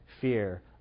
fear